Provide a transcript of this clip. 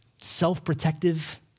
self-protective